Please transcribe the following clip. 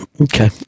okay